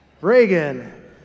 Reagan